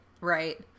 Right